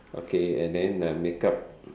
okay and then makeup